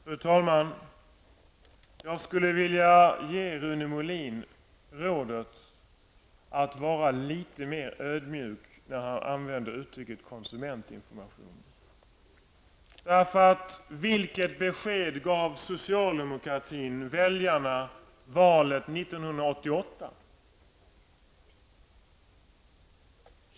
Fru talman! Jag skulle vilja ge Rune Molin rådet att vara litet mera ödmjuk när han använder uttrycket Vilket besked gav socialdemokratin väljarna före valet 1988?